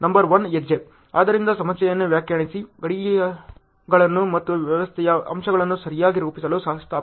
number one ಹೆಜ್ಜೆ ಆದ್ದರಿಂದ ಸಮಸ್ಯೆಯನ್ನು ವ್ಯಾಖ್ಯಾನಿಸಿ ಗಡಿಗಳನ್ನು ಮತ್ತು ವ್ಯವಸ್ಥೆಯ ಅಂಶಗಳನ್ನು ಸರಿಯಾಗಿ ರೂಪಿಸಲು ಸ್ಥಾಪಿಸಿ